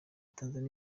tanzania